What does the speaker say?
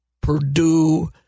Purdue